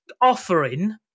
offering